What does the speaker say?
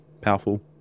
powerful